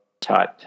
type